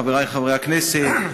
חברי חברי הכנסת,